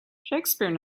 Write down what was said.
shakespeare